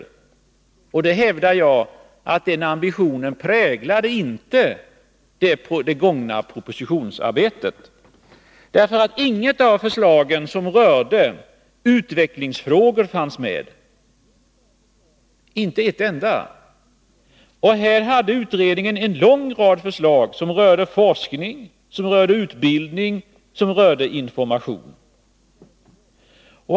Jag hävdar att denna ambition inte präglade det gångna propositionsarbetet. Inget av förslagen som rörde utvecklingsfrågor fanns med -— inte ett enda. Här hade utredningen en lång rad förslag, som rörde forskning, utbildning och information.